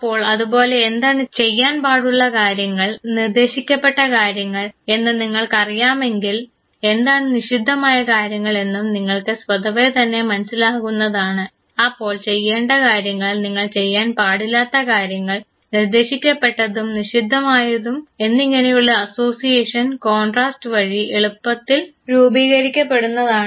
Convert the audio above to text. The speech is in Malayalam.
അപ്പോൾ അതുപോലെ എന്താണ് ചെയ്യാൻ പാടുള്ള കാര്യങ്ങൾ നിർദേശിക്കപ്പെട്ട കാര്യങ്ങൾ എന്ന് നിങ്ങൾക്കറിയാമെങ്കിൽ എന്താണ് നിഷിദ്ധമായ കാര്യങ്ങൾ എന്നും നിങ്ങൾക്ക് സ്വതവേ തന്നെ മനസ്സിലാകുന്നതാണ് അപ്പോൾ ചെയ്യേണ്ട കാര്യങ്ങൾ dos നിങ്ങൾ ചെയ്യാൻ പാടില്ലാത്ത കാര്യങ്ങൾ don'ts നിർദ്ദേശിക്കപ്പെട്ടതും നിഷിദ്ധമായതും എന്നിങ്ങനെയുള്ള അസോസിയേഷൻ കോൺട്രാസ്റ് വഴി എളുപ്പത്തിൽ രൂപീകരിക്കപ്പെടുന്നതാണ്